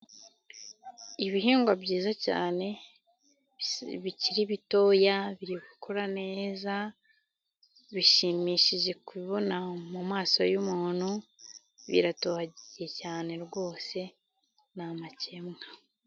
Ibihingwa byiza cyane bikiri bitoya birikura neza, bishimishije kubona mu maso y'umuntu biratohagiye cyane rwose ni amakemwa.